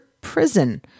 prison